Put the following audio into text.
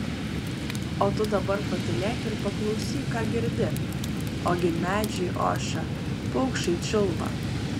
o tu dabar patylėk ir paklausyk ką girdi ogi medžiai ošia paukščiai čiulba